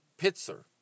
Pitzer